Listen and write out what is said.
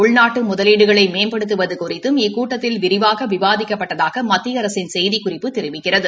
உள்நாட்டு முதலீடுகளை மேம்படுத்துவது குறித்தும் இக்கூட்டத்தில் விரிவாக விவாதிக்கப்பட்டதாக மத்திய அரசின் செய்திக்குறிப்பு தெரிவிக்கிறது